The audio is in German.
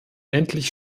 endlich